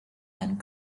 and